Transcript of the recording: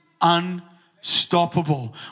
unstoppable